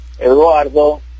Eduardo